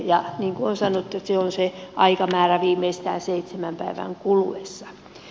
niin kuin on sanottu se on se aikamäärä viimeistään seitsemän päivän kuluessa